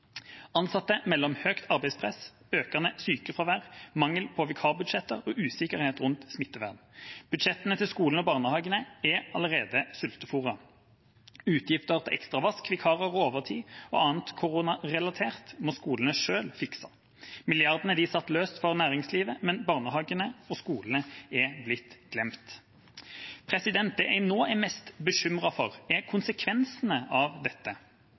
Ansatte melder om stort arbeidspress, økende sykefravær, mangel på vikarbudsjetter og usikkerhet rundt smittevern. Budsjettene til skolene og barnehagene er allerede sultefôret. Utgifter til ekstravask, vikarer og overtid og annet koronarelatert må skolene selv fikse. Milliardene satt løst for næringslivet, men barnehagene og skolene er blitt glemt. Det jeg nå er mest bekymret for, er konsekvensene av dette.